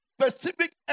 specific